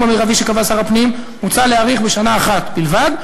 המרבי שקבע שר הפנים מוצע להאריך בשנה אחת בלבד,